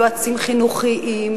יועצים חינוכיים,